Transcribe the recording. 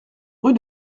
rue